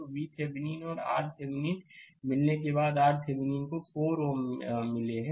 तो VThevenin और RThevenin मिलने के बाद RTheveninको 4 Ω मिले हैं